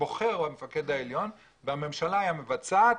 הבוחר הוא המפקד העליון והממשלה היא המבצעת.